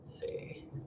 See